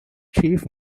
chief